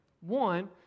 One